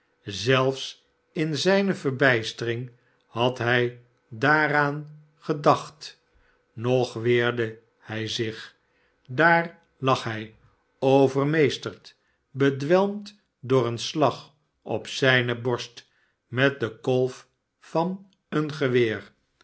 pelf's in zijne verbijstering had hij daaraan gedacht nog weerde hij zich daar lag hij overmeesterd bedwelmd door een slag op zijne borst met den kolf van een geweer